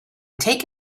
take